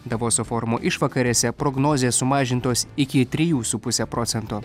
davoso forumo išvakarėse prognozės sumažintos iki trijų su puse procento